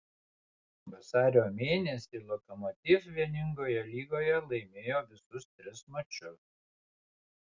vasario mėnesį lokomotiv vieningoje lygoje laimėjo visus tris mačus